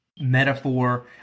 metaphor